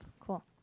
cool